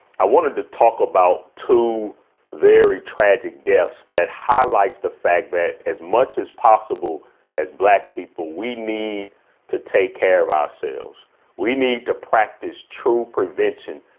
i wanted to talk about two very tragic deaths that highlights the fact that as much as possible as black people, we need to take care of ourselves. we need to practice true prevention.